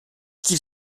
qu’il